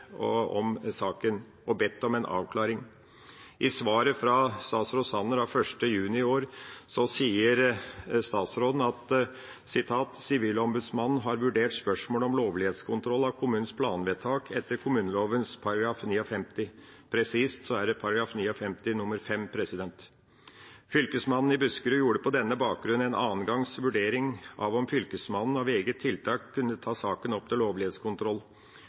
om saken og ba om en avklaring. I svaret fra statsråd Sanner av 1. juni i år sier statsråden: «Sivilombudsmannen har vurdert spørsmålet om lovlighetskontroll av kommunens planvedtak etter kommuneloven § 59.» Presist er det § 59 nr. 5. «Fylkesmannen i Buskerud gjorde på denne bakgrunn en annengangs vurdering av om fylkesmannen av eget tiltak skulle ta saken opp til lovlighetskontroll.